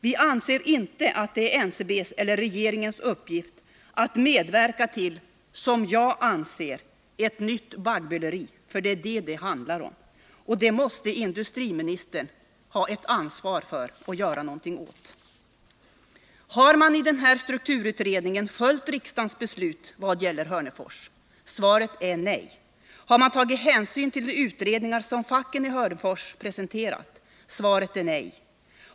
Vi anser inte att det är NCB:s eller regeringens uppgift att medverka till, som jag ser det, ett nytt baggböleri, för det är vad det handlar om. Industriministern måste ha ett ansvar för att göra någonting åt detta. Har man i denna strukturutredning följt riksdagens beslut vad gäller Hörnefors? Svaret är nej. Har man tagit hänsyn till de utredningar som facken i Hörnefors presenterat? Svaret är nej.